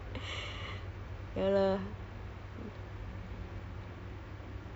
apa tu right now pun macam susah ah kalau nak